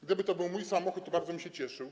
Gdyby to był mój samochód, to bardzo bym się cieszył.